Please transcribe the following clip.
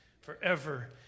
forever